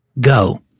go